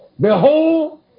Behold